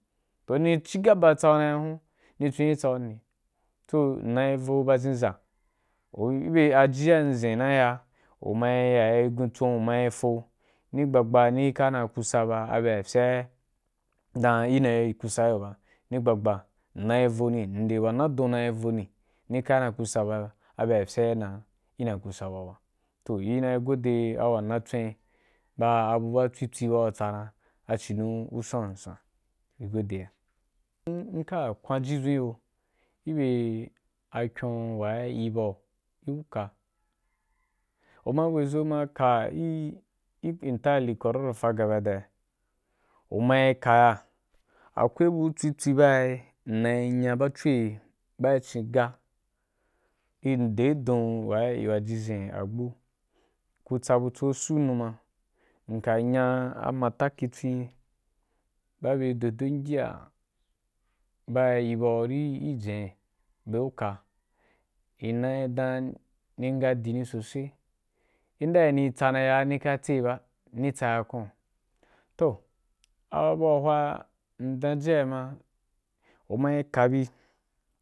Toh ni cigabe tsa’u na ya um ni cun i ya tsa’u ni toh ina yi vo bazhen za vo gbe jin a zezen na yi ya uma ya ji guntsu, umayi fo ni gba gba ni ka na kusa ba bye a cia dan ina yi yakusa ba ni gbagba naa yi voni mde wa na dun na yi voni ni ka na kusa ba bye a cia ina kusa ba gu ba. Toh, na yi goda wa natswen ba abu ba tswi tswi ba ku tsa ma a cidon ku san wa san i ‘ godeya, mma kau kwan jisun gi yo gibe a kyon waha i ba gi uka, u ma we zo maka gi entirely kwaurafa gabadaya umayi kaya, akwai bu tsaitsui wa mna nya bacho’i ba gi ci ga endedon wa ji zhen agbu ku tsa butso su numa, mka nya a matakhutswen ba a be dodon giya ba i baù i jin bye ca, ina yi dan ni nga du ni sosai inda ni tsa na ya nika tse ba ní tsaya kwaun, toh a bu wa hwa in da ji ai ma u mayi kabi.